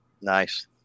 Nice